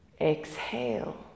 exhale